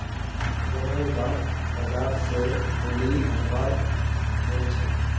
रोहनेर बाप बाजार स मूली अनवार गेल छेक